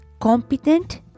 competent